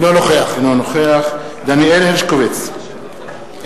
אינו נוכח דניאל הרשקוביץ,